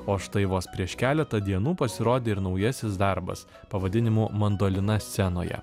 o štai vos prieš keletą dienų pasirodė ir naujasis darbas pavadinimu mandolina scenoje